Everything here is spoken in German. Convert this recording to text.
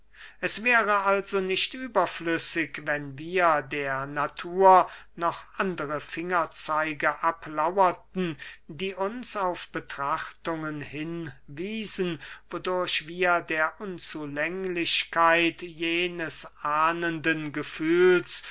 es wäre also nicht überflüssig wenn wir der natur noch andere fingerzeige ablauerten die uns auf betrachtungen hin wiesen wodurch wir der unzulänglichkeit jenes ahnenden gefühls